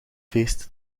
feest